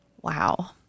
Wow